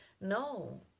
no